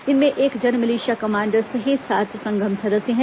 इनमें एक जनमिलिशिया कमांडर सहित सात संघम सदस्य हैं